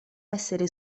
essere